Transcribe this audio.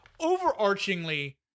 overarchingly